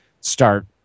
start